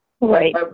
Right